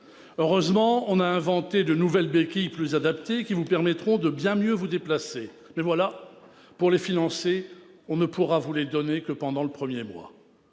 Heureusement, on aurait inventé de nouvelles béquilles plus adaptées, qui vous permettraient de bien mieux vous déplacer, mais, voilà, à cause de leur coût, on ne pourrait vous les donner que pendant le premier mois.